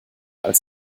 als